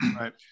right